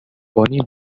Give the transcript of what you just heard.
bonnie